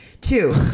Two